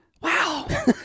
Wow